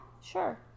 sure